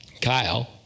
Kyle